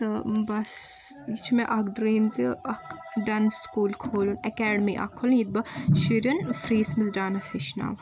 تہٕ بس یہِ چھُ مےٚ اکھ ڈریٖم زِ اکھ ڈانس سکوٗل کھولُن ایٚکیڈمی اکھ کھولٕنۍ ییٚتہِ بہٕ شُریٚن فریٖس منٛز ڈانس ہیٚچھناوہا